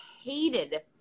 hated